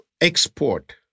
export